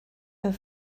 her